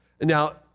Now